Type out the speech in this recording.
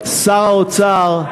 שר האוצר,